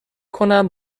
کنم